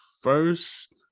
first